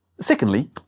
Secondly